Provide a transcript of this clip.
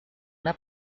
una